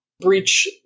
breach